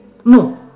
no